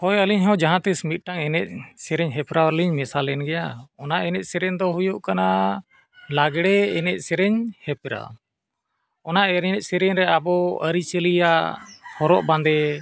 ᱦᱳᱭ ᱟᱹᱞᱤᱧᱦᱚᱸ ᱡᱟᱦᱟᱸᱛᱤᱥ ᱢᱤᱫᱴᱟᱝ ᱮᱱᱮᱡ ᱥᱮᱨᱮᱧ ᱦᱮᱯᱨᱟᱣᱞᱤᱧ ᱢᱮᱥᱟᱞᱮᱱ ᱜᱮᱭᱟ ᱚᱱᱟ ᱮᱱᱮᱡ ᱥᱮᱨᱮᱧ ᱫᱚ ᱦᱩᱭᱩᱜ ᱠᱟᱱᱟ ᱞᱟᱜᱽᱬᱮ ᱮᱱᱮᱡ ᱥᱮᱨᱮᱧ ᱦᱮᱯᱨᱟᱣ ᱚᱱᱟ ᱮᱱᱮᱡ ᱥᱮᱨᱮᱧ ᱨᱮ ᱟᱵᱚ ᱟᱹᱨᱤᱪᱟᱹᱞᱤᱭᱟᱜ ᱦᱚᱨᱚᱜ ᱵᱟᱸᱫᱮ